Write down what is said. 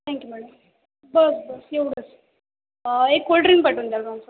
thank you madam बस बस एवढंच एक कोल्ड्रिंक पाठवून द्याल मॅम सोबत